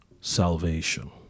salvation